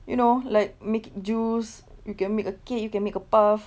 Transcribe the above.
you know like make juice you can make a cake you can make a puff